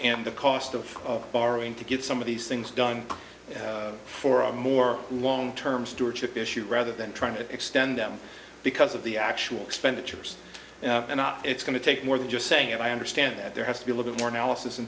and the cost of borrowing to get some of these things done for a more long term stewardship issue rather than trying to extend them because of the actual expenditures and it's going to take more than just saying i understand that there has to be a little more analysis in